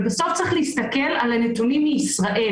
אבל בסוף צריך להסתכל על הנתונים מישראל.